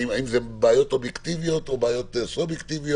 האם אלו בעיות אובייקטיביות או סובייקטיביות,